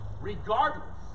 regardless